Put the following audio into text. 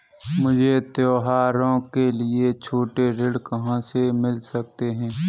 मुझे त्योहारों के लिए छोटे ऋण कहाँ से मिल सकते हैं?